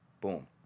boom